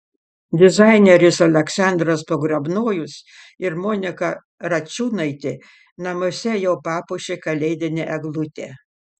dizaineris aleksandras pogrebnojus ir monika račiūnaitė namuose jau papuošė kalėdinę eglutę